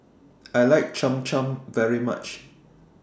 I like Cham Cham very much